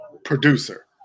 Producer